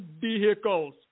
vehicles